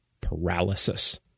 paralysis